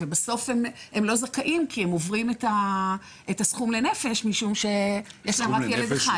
ובסוף הם לא זכאים כי הם עוברים את הסכום לנפש משום שיש להם רק ילד אחד.